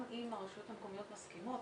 גם אם הרשויות המקומיות מסכימות